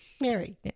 Mary